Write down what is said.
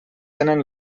tenen